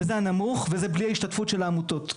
וזה הנמוך וזה בלי ההשתתפות של העמותות.